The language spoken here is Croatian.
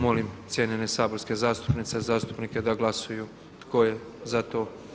Molim cijenjene saborske zastupnice i zastupnike da glasuju tko je za to?